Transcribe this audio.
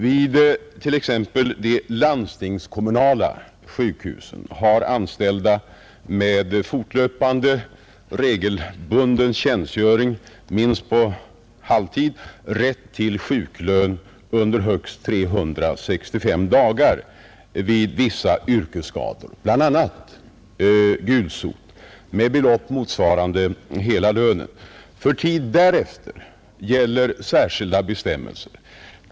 Vid t.ex. de landstingskommunala sjukhusen har anställda med fortlöpande regelbunden tjänstgöring omfattande minst halvtid rätt till sjuklön under högst 365 dagar vid vissa yrkesskador, bl.a. gulsot, med belopp motsvarande hela lönen. För tid därefter gäller särskilda bestämmelser.